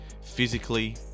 Physically